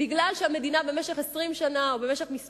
מפני שהמדינה במשך 20 שנה או במשך כמה